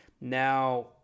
Now